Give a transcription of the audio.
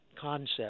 concept